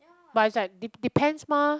but it's like de~ depends mah